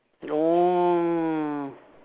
no